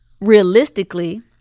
realistically